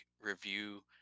review